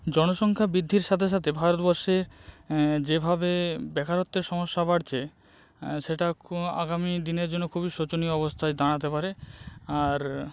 জনসংখ্যা বৃদ্ধির সাথে সাথে ভারতবর্ষে যেভাবে ব্যাকারত্বের সমস্যা বাড়ছে সেটা খু আগামী দিনের জন্য খুবই শোচনীয় অবস্থায় দাঁড়াতে পারে আর